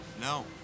No